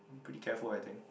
pretty careful I think